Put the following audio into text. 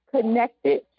connected